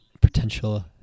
potential